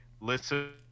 Listen